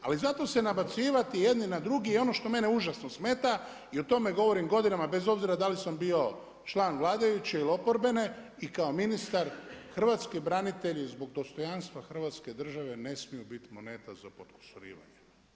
Ali zato se nabacivati jedni na druge i ono što mene užasno smeta i o tome govorim godinama bez obzira da li sam bio član vladajuće ili oporbene i kao ministar, hrvatski branitelji zbog dostojanstva Hrvatske države ne smiju biti moneta za potkusurivanje.